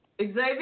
Xavier